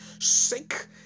sick